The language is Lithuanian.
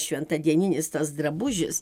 šventadieninis tas drabužis